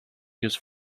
used